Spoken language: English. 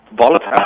volatile